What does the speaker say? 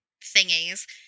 thingies